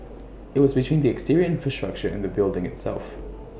IT was between the exterior infrastructure and the building itself